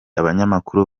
abanyamakuru